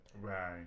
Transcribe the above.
right